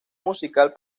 musical